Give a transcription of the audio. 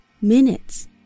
minutes